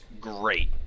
great